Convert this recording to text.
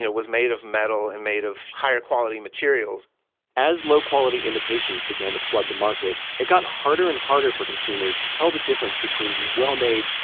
was made of metal and made of higher quality materials as low quality imitations began to flood the market, it got harder and harder for consumers to tell the difference between the well-made,